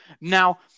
Now